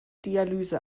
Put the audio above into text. dialyse